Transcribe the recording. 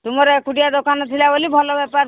ତୁମର ଏକୁଟିଆ ଦୋକାନ ଥିଲା ବୋଲି ଭଲ ବେପାର